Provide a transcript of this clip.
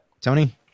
Tony